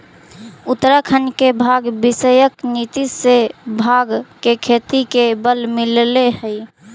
उत्तराखण्ड के भाँग विषयक नीति से भाँग के खेती के बल मिलले हइ